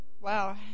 Wow